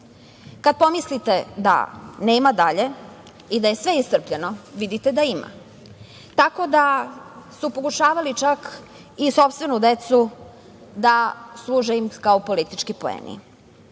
pomislite da nema dalje i da je sve iscrpljeno, vidite da ima, tako da su pokušavali čak i sopstvenu decu, da im služe kao politički poeni.